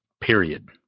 period